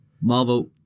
Marvel